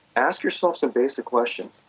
ask yourself some basic questions.